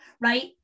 right